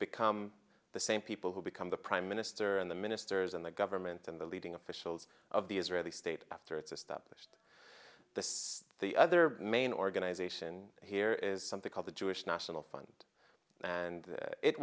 become the same people who become the prime minister and the ministers in the government and the leading officials of the israeli state after it's established this the other main organization here is something called the jewish national fund and